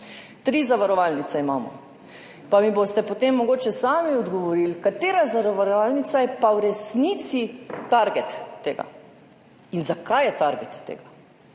Tri zavarovalnice imamo. Pa mi boste potem mogoče sami odgovorili, katera zavarovalnica je pa v resnici target tega in zakaj je target tega.